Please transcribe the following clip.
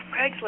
Craigslist